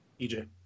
EJ